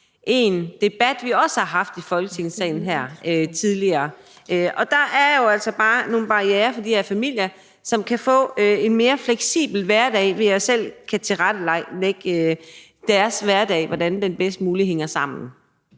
en debat, vi også har haft her i Folketingssalen tidligere. Der er jo altså bare nogle barrierer for de her familier, som kan få en mere fleksibel hverdag ved selv at kunne tilrettelægge deres hverdag, i forhold til hvordan den bedst muligt hænger sammen.